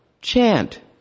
chant